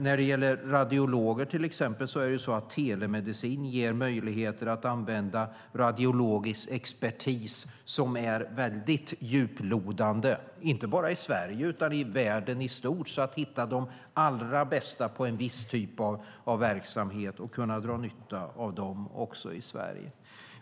När det gäller radiologer ger telemedicin möjligheter att använda radiologisk expertis som är väldigt djuplodande, inte bara i Sverige utan i världen i stort. Det handlar om att hitta de allra bästa på en viss typ av verksamhet och dra nytta av dem också i Sverige.